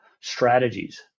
strategies